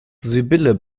sibylle